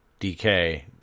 DK